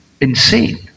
insane